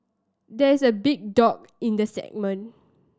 there is a big dog in the segment